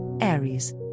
aries